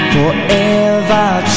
Forever